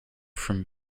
from